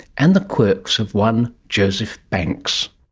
and the quirks of one joseph banks.